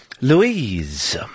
Louise